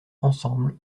ensemble